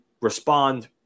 respond